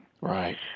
Right